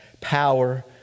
power